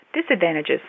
Disadvantages